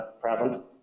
present